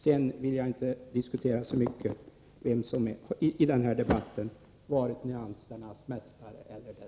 Sedan vill jag inte diskutera så mycket i den här debatten vem som varit nyansernas mästare eller nyansernas klåpare.